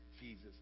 Jesus